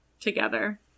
together